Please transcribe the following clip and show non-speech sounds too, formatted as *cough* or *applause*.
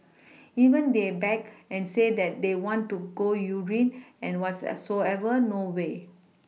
even they beg and say that they want to go urine and what's *unintelligible* soever no way